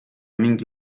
mingi